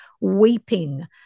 weeping